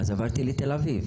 אז עברתי לתל אביב.